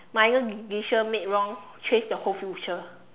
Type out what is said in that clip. minor decision made wrong change the whole future